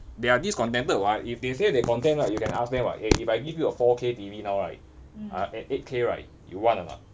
they are discontented [what] if they say they content right you can ask them [what] eh if I give you a four K T_V now right uh ei~ eight K right you want or not